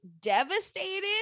devastated